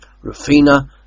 Rufina